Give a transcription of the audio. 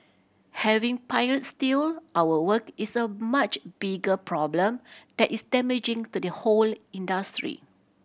having pirates steal our work is a much bigger problem that is damaging to the whole industry